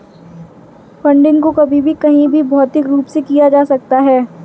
funding को कभी भी कहीं भी भौतिक रूप से किया जा सकता है